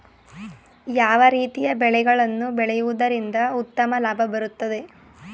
ಯಾವ ರೀತಿಯ ಬೆಳೆಗಳನ್ನು ಬೆಳೆಯುವುದರಿಂದ ಉತ್ತಮ ಲಾಭ ಬರುತ್ತದೆ?